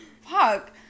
fuck